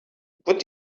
what